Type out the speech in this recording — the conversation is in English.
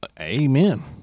Amen